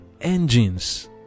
engines